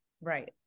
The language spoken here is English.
Right